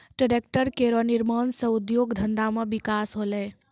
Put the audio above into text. tractor केरो निर्माण सँ उद्योग धंधा मे बिकास होलै